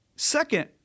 Second